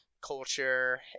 culture